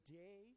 day